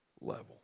level